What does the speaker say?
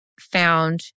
found